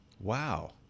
Wow